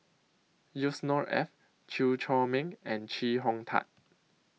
Yusnor Ef Chew Chor Meng and Chee Hong Tat